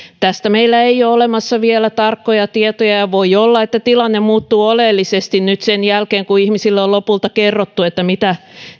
tästä meillä ei ole olemassa vielä tarkkoja tietoja ja voi olla että tilanne muuttuu oleellisesti nyt sen jälkeen kun ihmisille on lopulta kerrottu mitä